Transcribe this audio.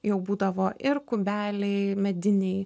jau būdavo ir kubeliai mediniai